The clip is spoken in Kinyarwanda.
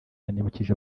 yanibukije